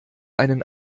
einen